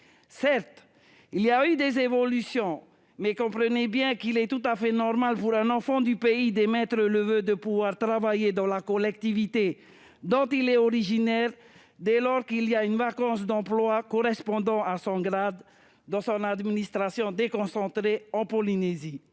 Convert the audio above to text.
certes intervenues, vous conviendrez qu'il est tout à fait normal, pour un enfant du pays, d'émettre le voeu de travailler dans la collectivité dont il est originaire, dès lors qu'il y a une vacance d'emploi correspondant à son grade dans son administration déconcentrée en Polynésie.